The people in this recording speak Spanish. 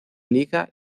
liga